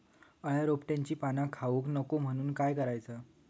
अळ्या रोपट्यांची पाना खाऊक नको म्हणून काय करायचा?